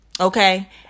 Okay